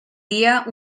dia